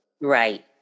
right